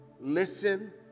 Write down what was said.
listen